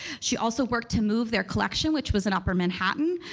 she also worked to move their collection which was in upper manhattan,